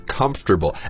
comfortable